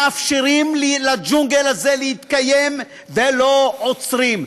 מאפשרים לג'ונגל הזה להתקיים ולא עוצרים,